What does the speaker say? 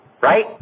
right